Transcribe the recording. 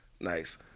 Nice